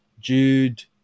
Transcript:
Jude